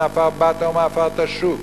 מעפר באת ואל עפר תשוב.